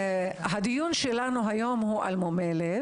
הדיון שלנו היום הוא על מומי לב.